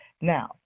Now